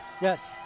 Yes